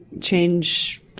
change